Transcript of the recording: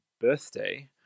birthday